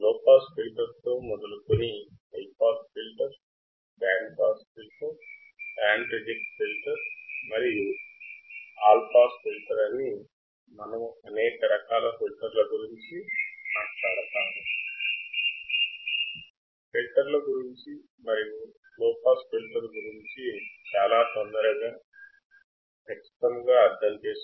low pass filter high pass filter band pass filter band reject filter మొదలైన ఫిల్టర్లను మనము చూద్దాము